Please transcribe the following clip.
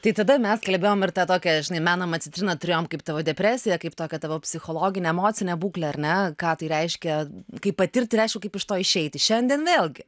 tai tada mes kalbėjom ir tą tokią žinai menamą citriną turėjom kaip tavo depresiją kaip tokią tavo psichologinę emocinę būklę ar ne ką tai reiškia kai patirti ir aišku kaip iš to išeiti šiandien vėlgi